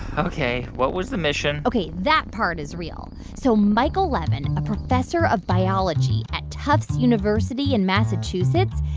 ok. what was the mission? ok, that part is real. so michael levin, a professor of biology at tufts university in massachusetts,